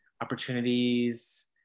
opportunities